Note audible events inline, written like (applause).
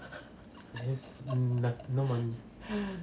(laughs)